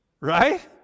Right